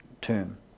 term